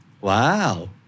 Wow